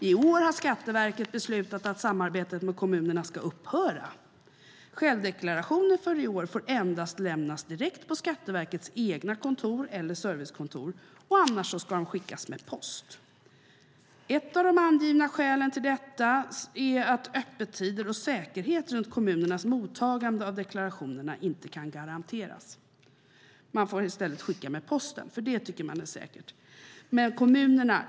I år har Skatteverket beslutat att samarbetet med kommunerna ska upphöra. Självdeklarationen för i år får endast lämnas direkt till Skatteverkets egna kontor eller servicekontor eller så ska de skickas med post. Ett av de angivna skälen är att öppettider och säkerhet runt kommunernas mottagande av deklarationerna inte kan garanteras. I stället får deklarationerna skickas med posten, för det anser Skatteverket är säkert.